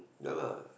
ya lah